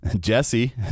Jesse